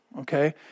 okay